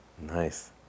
Nice